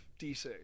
DC